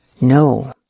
No